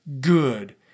good